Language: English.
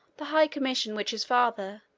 the high commission which his father,